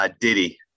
Diddy